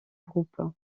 groupe